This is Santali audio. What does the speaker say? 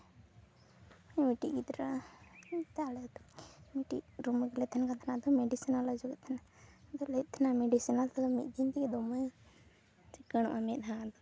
ᱢᱤᱫᱴᱤᱡ ᱜᱤᱫᱽᱟᱹ ᱚᱱᱛᱮ ᱟᱞᱮ ᱟᱛᱳ ᱨᱤᱱᱤᱡ ᱢᱤᱫᱴᱤᱡ ᱨᱩᱢ ᱨᱮᱜᱮᱞᱮ ᱛᱟᱦᱮᱱ ᱠᱟᱱ ᱛᱟᱦᱮᱱᱟ ᱟᱫᱚ ᱢᱤᱰᱤᱥᱮᱱᱟᱞᱮᱭ ᱚᱡᱚᱜᱮᱫ ᱛᱟᱦᱮᱱᱟ ᱟᱫᱚᱭ ᱞᱟᱹᱭᱮᱫ ᱛᱟᱦᱮᱱᱟ ᱢᱤᱰᱤᱥᱳᱱᱟᱞ ᱛᱮᱫᱚ ᱢᱤᱫ ᱫᱤᱱ ᱛᱮᱜᱮ ᱫᱚᱢᱮ ᱪᱤᱠᱟᱹᱬᱚᱜᱼᱟ ᱢᱮᱫᱼᱦᱟᱸ